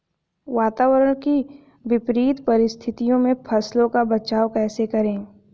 वातावरण की विपरीत परिस्थितियों में फसलों का बचाव कैसे करें?